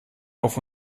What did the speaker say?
auf